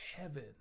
heaven